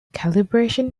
calibration